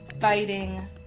fighting